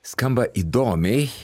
skamba įdomiai